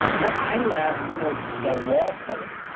well, i laugh, you know the wall color,